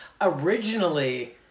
Originally